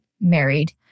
married